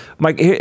Mike